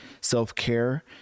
Self-Care